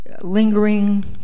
lingering